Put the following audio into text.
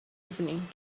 evening